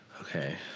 Okay